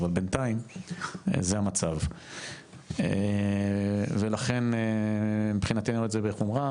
אבל בינתיים זה המצב ולכן מבחינתנו אנחנו רואים את זה בחומרה,